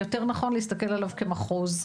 יותר נכון להסתכל עליו כמחוז,